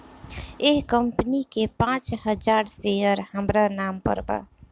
एह कंपनी के पांच हजार शेयर हामरा नाम पर बा